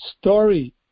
story